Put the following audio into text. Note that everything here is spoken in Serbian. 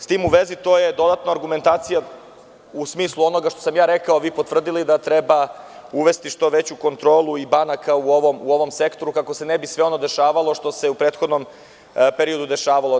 S tim u vezi to je dodatna argumentacija u smislu onoga što sam ja rekao, vi potvrdili, da treba uvesti što veću kontrolu i banaka u ovom sektoru, kako se ne bi sve ono dešavalo što se u prethodnom periodu dešavalo.